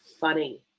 funny